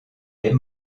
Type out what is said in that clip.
les